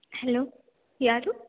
hello ಯಾರು